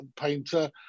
painter